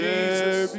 Jesus